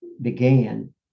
began